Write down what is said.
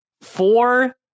four